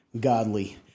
godly